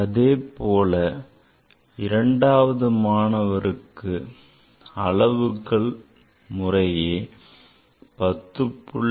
அதேபோல் இரண்டாவது மாணவருக்கு அளவுகள் முறையே 10